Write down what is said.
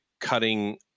cutting